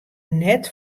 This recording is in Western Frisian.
net